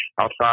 Outside